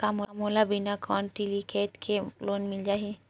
का मोला बिना कौंटलीकेट के लोन मिल जाही?